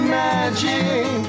magic